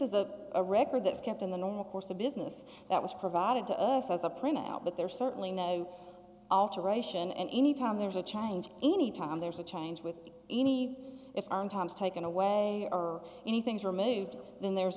is a record that is kept in the normal course of business that was provided to us as a plane out but there's certainly no alteration and any time there's a change any time there's a change with any if tom's taken away or anything's removed then there's